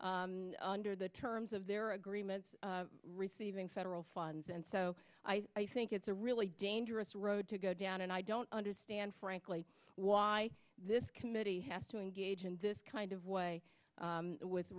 under the terms of their agreements receiving federal funds and so i think it's a really dangerous road to go down and i don't understand frankly why this committee has to engage in this kind of way